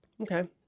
Okay